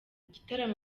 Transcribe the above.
igitaramo